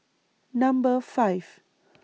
Number five